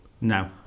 No